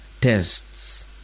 tests